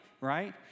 right